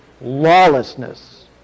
lawlessness